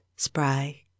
spry